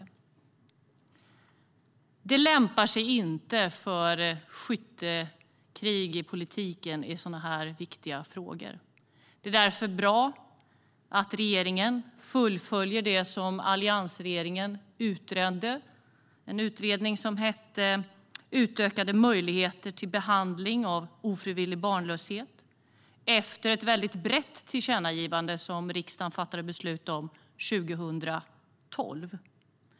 Så här viktiga frågor lämpar sig inte för skyttekrig i politiken. Det är därför bra att regeringen fullföljer det som alliansregeringen utredde. Det handlar om Utredningen om utökade möjligheter till behandling av ofrivillig barnlöshet, efter ett mycket brett tillkännagivande som riksdagen fattade beslut om 2012.